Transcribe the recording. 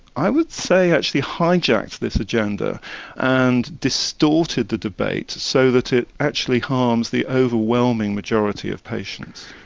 i would say, actually hijacked this agenda and distorted the debate so that it actually harms the overwhelming majority of patients.